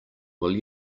will